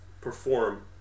perform